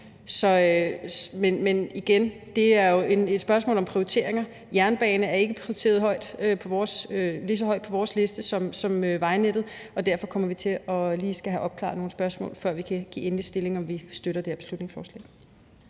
jeg sige, at det jo er et spørgsmål om prioriteringer. Jernbanen er ikke prioriteret lige så højt på vores liste som vejnettet, og derfor kommer vi til lige at skulle have opklaret nogle spørgsmål, før vi kan komme med vores endelige stillingtagen, med hensyn til om vi støtter det her beslutningsforslag